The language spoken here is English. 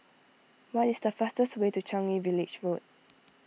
what is the fastest way to Changi Village Road